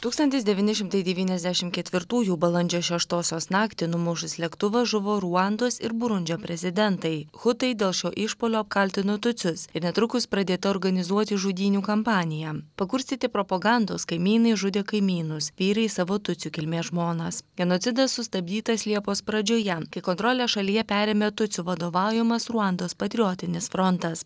tūkstantis devyni šimtai devyniasdešim ketvirtųjų balandžio šeštosios naktį numušus lėktuvą žuvo ruandos ir burundžio prezidentai hutai dėl šio išpuolio apkaltino tutsius ir netrukus pradėta organizuoti žudynių kampanija pakurstyti propagandos kaimynai žudė kaimynus vyrai savo tutsių kilmės žmonas genocidas sustabdytas liepos pradžioje kai kontrolę šalyje perėmė tutsių vadovaujamas ruandos patriotinis frontas